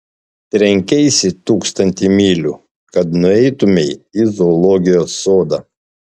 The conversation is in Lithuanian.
trenkeisi tūkstantį mylių kad nueitumei į zoologijos sodą